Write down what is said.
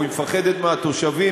או היא מפחדת מהתושבים,